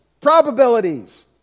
probabilities